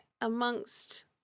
Amongst